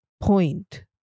point